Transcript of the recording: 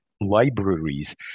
libraries